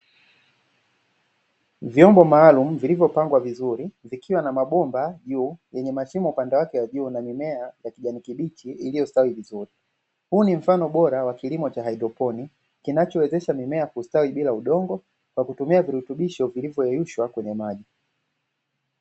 Vyombo maalumu vilivyopangwa vizuri vikiwa na mabomba juu yenye mashimo upande wa juu na mimea ya kijani kibichi iliyostawi vizuri, huu ni mfano mzuri wa kilimo cha haydroponi ambacho huwezesha mimea kustawi bili udongo, kwa kutumia vilutubisho vilivyoyeyushwa kwenye maji.